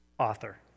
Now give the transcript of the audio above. Author